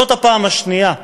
זאת הפעם השנייה.